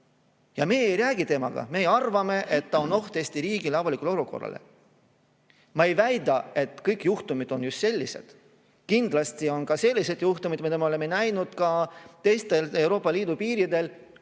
Ja me ei räägi temaga, meie arvame, et ta on oht Eesti riigile, avalikule korrale. Ma ei väida, et kõik juhtumid on just sellised. Kindlasti on ka selliseid juhtumeid, mida me oleme näinud teistel Euroopa Liidu piiridel,